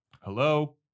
Hello